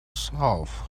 solved